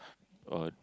or